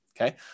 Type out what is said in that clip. okay